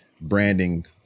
branding